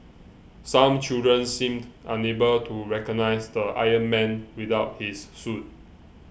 some children seemed unable to recognise the Iron Man without his suit